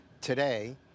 today